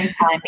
time